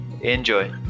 Enjoy